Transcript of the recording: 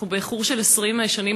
אנחנו באיחור של 20 שנים,